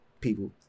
people